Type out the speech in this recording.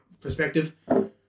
perspective